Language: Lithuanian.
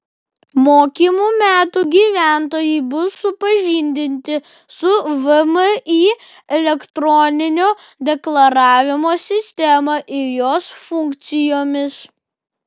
mokymų metu gyventojai bus supažindinti su vmi elektroninio deklaravimo sistema ir jos funkcijomis